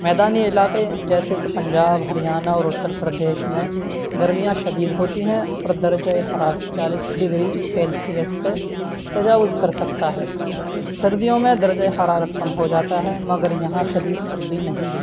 میدانی علاقے جیسے کہ پنجاب ہریانہ اور اتر پردیش میں گرمیاں شدید ہوتی ہیں اور درجۂ حرارت چالیس ڈگری سیلسیس سے تجاوز کر سکتا ہے سردیوں میں درجۂ حرارت کم ہو جاتا ہے مگر یہاں شدید سردی نہیں ہوتی